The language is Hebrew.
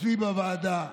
אצלי בוועדה,